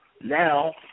Now